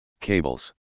Cables